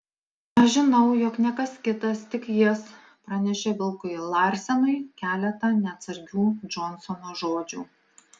aš žinau jog ne kas kitas tik jis pranešė vilkui larsenui keletą neatsargių džonsono žodžių